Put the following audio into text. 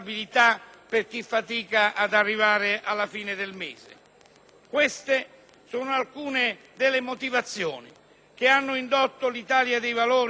Queste sono alcune delle motivazioni che hanno indotto l'Italia dei Valori come partito e il nostro Gruppo al Senato